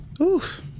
Oof